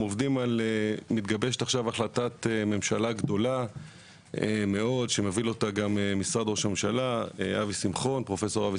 מתגבשת החלטת ממשלה גדולה מאוד שמוביל אותה פרופ' אבי